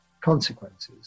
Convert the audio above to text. consequences